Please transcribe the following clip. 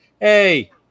hey